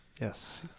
Yes